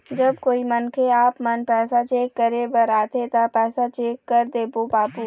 जब कोई मनखे आपमन पैसा चेक करे बर आथे ता पैसा चेक कर देबो बाबू?